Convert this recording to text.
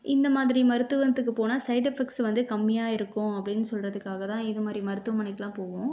இந்த மாதிரி மருத்துவத்துக்கு போனால் சைட் எஃபக்ட்ஸ் வந்து கம்மியாக இருக்கும் அப்படின்னு சொல்லுறதுக்காக தான் இதுமாதிரி மருத்துவமனைக்குலாம் போவோம்